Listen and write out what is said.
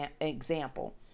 example